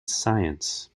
science